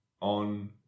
on